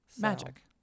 Magic